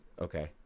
okay